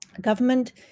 government